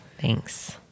Thanks